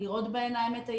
לראות בעיניים את הילדים.